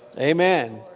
Amen